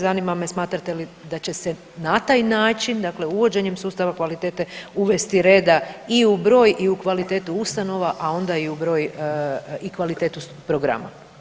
Zanima me smatrate li da će se na taj način dakle uvođenjem sustava kvalitete uvesti reda i u broj i u kvalitetu ustanova, a onda i u broj i kvalitetu programa?